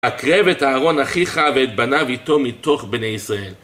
הקרב את אהרן אחיך ואת בניו אתו מתוך בני ישראל